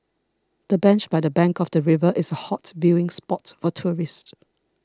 the bench by the bank of the river is a hot viewing spot for tourists